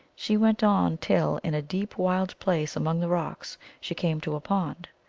she went on, till, in a deep, wild place among the rocks, she came to a pond.